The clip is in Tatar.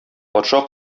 патша